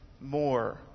more